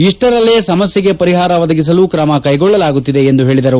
ಅಪ್ಷರಲ್ಲೇ ಸಮಸ್ಥೆಗೆ ಪರಿಹಾರ ಒದಗಿಸಲು ಕ್ರಮ ಕೈಗೊಳ್ಳಲಾಗುತ್ತಿದೆ ಎಂದು ಹೇಳದರು